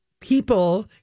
people